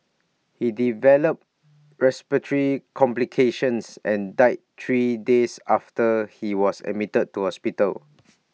he developed respiratory complications and died three days after he was admitted to hospital